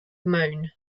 moon